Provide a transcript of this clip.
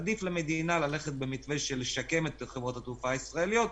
עדיף כלכלית למדינה ללכת במתווה של שיקום חברות התעופה הישראליות,